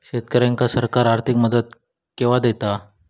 शेतकऱ्यांका सरकार आर्थिक मदत केवा दिता?